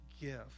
give